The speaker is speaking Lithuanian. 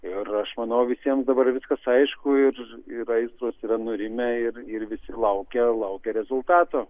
ir aš manau visiem dabar viskas aišku ir ir aistros yra nurimę ir ir visi laukia laukia rezultato